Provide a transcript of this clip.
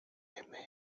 aimais